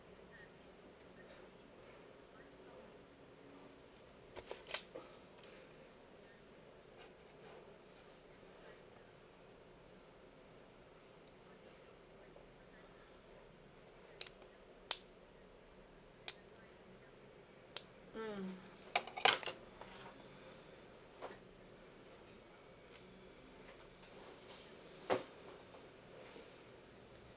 mm